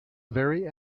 very